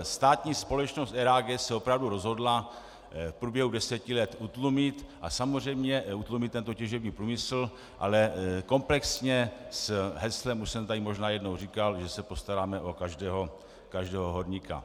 Státní společnost RAG se opravdu rozhodla v průběhu deseti let utlumit, a samozřejmě utlumit tento těžební průmysl, ale komplexně s heslem, už jsem to tady možná jednou říkal, že se postaráme o každého horníka.